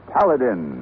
Paladin